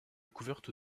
couverte